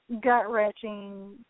gut-wrenching